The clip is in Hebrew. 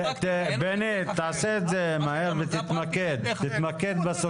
בני, תעשה את זה מהר ותתמקד בסוגיה.